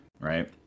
right